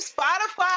Spotify